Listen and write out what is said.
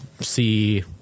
see